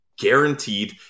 Guaranteed